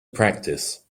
practice